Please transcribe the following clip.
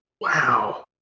Wow